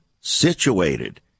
situated